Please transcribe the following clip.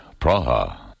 Praha